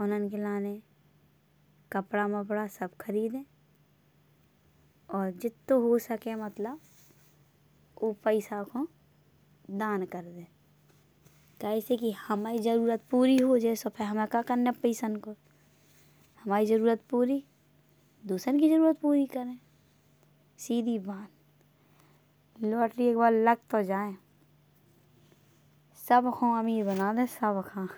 उनान एक लाने कपड़ा वपड़ा सब खरीदें। अउर जित्तो हो सके मतलब ऊ पैसा को दान करदें। कैसे की हमाई जरुरत पूरी हो जाएँ सो फिर हमें का करने पैसन को। हमाई जरुरत पूरी दूसरन की जरुरत पूरी करे सीधी बात। लाटरी एक बार लग तो जाए सबको अमीर बना दे सबका।